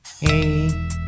Hey